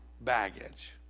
baggage